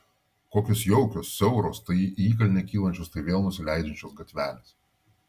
kokios jaukios siauros tai į įkalnę kylančios tai vėl nusileidžiančios gatvelės